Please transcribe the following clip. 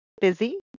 busy